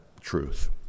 truth